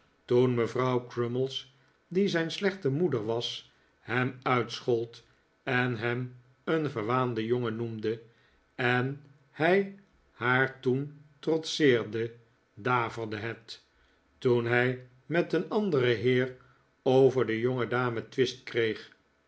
toen mevrouw crummies die zijn slechte moeder was hem uitschold en hem een verwaanden jongen noemde en hij haar toen trotseerde daverde het toen hij met een anderen heer over de jongedame twist kreeg